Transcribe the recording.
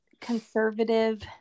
conservative